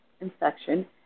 infection